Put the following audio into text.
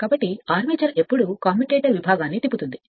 కాబట్టి ఆర్మేచర్ ఎప్పుడు కమ్యుటేటర్ విభాగాన్ని తిప్పుతుంది